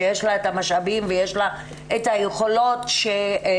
שיש לה את המשאבים ויש לה את היכולות שיכולים